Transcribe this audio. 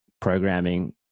programming